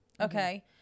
okay